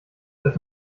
dass